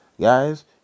guys